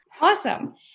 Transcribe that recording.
Awesome